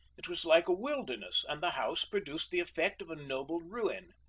it was like a wilderness, and the house produced the effect of a noble ruin.